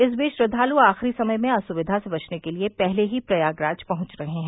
इस बीच श्रद्वालु आखिरी समय में असुविधा से बचने के लिए पहले ही प्रयागराज पहुंच रहे हैं